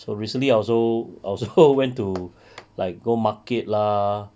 so recently I also I also went to like go market lah